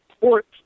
ports